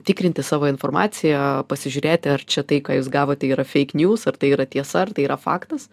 tikrinti savo informaciją pasižiūrėti ar čia tai ką jūs gavote yra fake news ar tai yra tiesa ar tai yra faktas